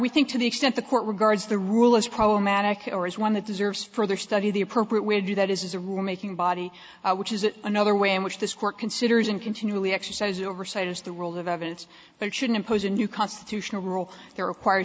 we think to the extent the court regards the rule as problematic or is one that deserves further study the appropriate way to do that is a rule making body which is it another way in which this court considers and continually exercise oversight of the role of evidence but it should impose a new constitutional rule there require